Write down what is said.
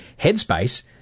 Headspace